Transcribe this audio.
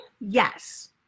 yes